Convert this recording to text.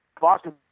Boston